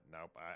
Nope